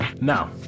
Now